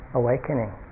awakening